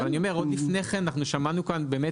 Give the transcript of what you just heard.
אבל אני אומר עוד לפני כן אנחנו שמענו כאן באמת